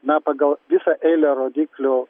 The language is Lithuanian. na pagal visą eilę rodiklių